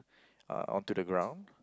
uh onto the ground